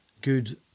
good